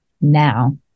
now